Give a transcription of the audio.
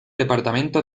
departamento